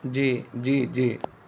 جی جی جی